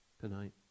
tonight